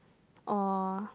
or